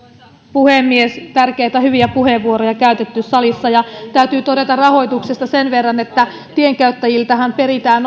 puhemies tärkeitä hyviä puheenvuoroja on käytetty salissa ja täytyy todeta rahoituksesta sen verran että tienkäyttäjiltähän peritään